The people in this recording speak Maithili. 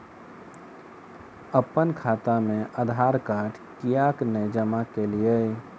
अप्पन खाता मे आधारकार्ड कियाक नै जमा केलियै?